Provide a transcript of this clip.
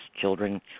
children